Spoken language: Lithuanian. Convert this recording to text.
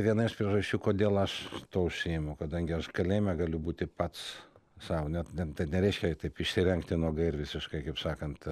viena iš priežasčių kodėl aš tuo užsiimu kadangi aš kalėjime galiu būti pats sau net ne nereiškia taip išsirengti nuogai ir visiškai kaip sakant